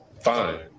Fine